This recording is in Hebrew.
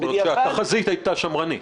התחזית הייתה שמרנית.